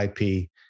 IP